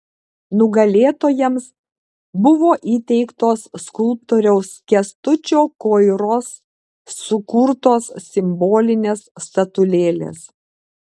nugalėtojams buvo įteiktos skulptoriaus kęstučio koiros sukurtos simbolinės statulėlės